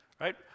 right